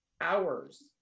hours